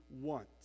want